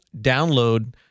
download